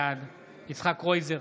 בעד יצחק קרויזר,